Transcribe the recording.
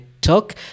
Talk